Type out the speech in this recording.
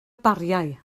bariau